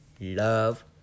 love